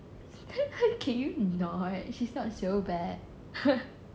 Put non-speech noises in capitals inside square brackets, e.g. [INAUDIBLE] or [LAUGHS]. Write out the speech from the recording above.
[LAUGHS] can you not she's not so bad [LAUGHS]